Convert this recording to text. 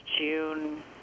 June